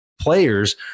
players